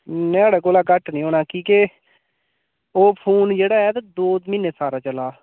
न्हाड़े कोला घट्ट निं होना की के ओह् फोन जेह्ड़ा ऐ दो म्हीनै सारा चला दा